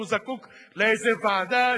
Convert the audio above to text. והוא זקוק לאיזו ועדה,